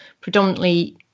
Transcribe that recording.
predominantly